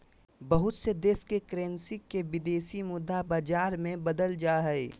बहुत से देश के करेंसी के विदेशी मुद्रा बाजार मे बदलल जा हय